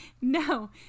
No